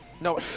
No